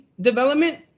development